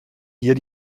hier